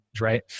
Right